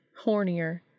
hornier